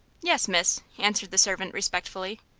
yes, miss, answered the servant, respectfully.